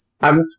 I'm-